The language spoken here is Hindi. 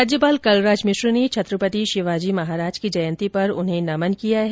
राज्यपाल कलराज मिश्र ने छत्रपति शिवाजी महाराज की जयंती पर उन्हें नमन किया है